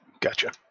Gotcha